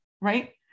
right